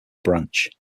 branch